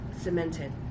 cemented